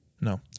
No